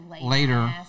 later